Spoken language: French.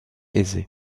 aisée